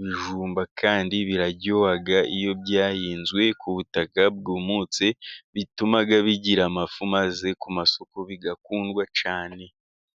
ibijumba kandi biraryoha, iyo byahinzwe ku butaka bwumutse, bituma bigira amafu, maze ku masoko bigakundwa cyane.